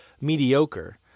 mediocre